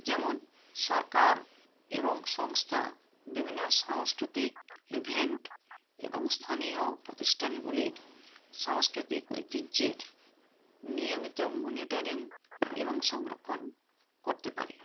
যেমন সরকার এবং সংস্থা বিভিন্ন সাংস্কৃতিক ইভেন্ট এবং স্থানীয় প্রতিষ্ঠানগুলির সাংস্কৃতিক ঐতিহ্যের নিয়মিত মনিটারিং এবং সংরক্ষণ করতে পারে